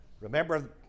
Remember